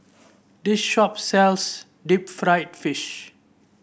this shop sells Deep Fried Fish